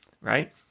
right